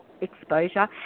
exposure